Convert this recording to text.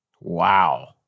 Wow